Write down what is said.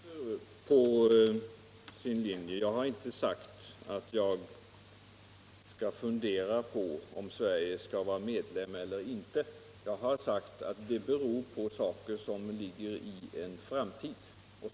Herr talman! Herr Feldt fortsätter på sin linje. Jag har inte sagt att jag skall fundera på om Sverige skall vara medlem eller inte — jag har sagt att det beror på saker som ligger i framtiden.